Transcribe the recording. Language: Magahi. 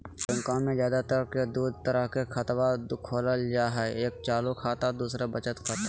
बैंकवा मे ज्यादा तर के दूध तरह के खातवा खोलल जाय हई एक चालू खाता दू वचत खाता